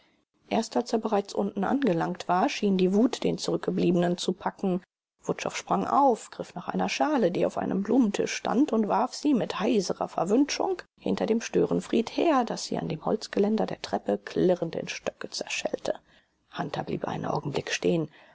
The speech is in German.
erst als er bereits unten angelangt war schien die wut den zurückgebliebenen zu packen wutschow sprang auf griff nach einer schale die auf einem blumentisch stand und warf sie mit heiserer verwünschung hinter dem störenfried her daß sie an dem holzgeländer der treppe klirrend in stücke zerschellte hunter blieb einen augenblick stehen